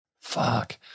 fuck